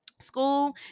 school